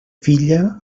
filla